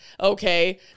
okay